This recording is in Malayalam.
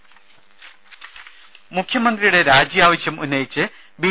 രുമ മുഖ്യമന്ത്രിയുടെ രാജി ആവശ്യമുന്നയിച്ച് ബി